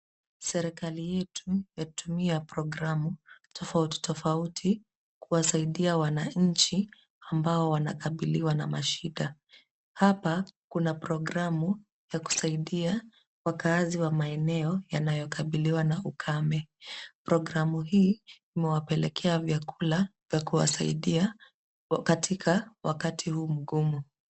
Serikali yetu, yatumia programu, tofauti tofauti, kuwasaidia wananchi, ambao wanakabiliwa na mashida. Hapa, kuna programu, ya kusaidia, wakaazi wa maeneo, yanayokabiliwa na ukame. Programu hii, imewapelekea vyakula, vya kuwasaidia, katika, wakati huu mgumu.